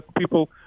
people